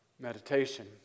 meditation